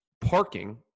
parking